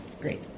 great